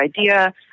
idea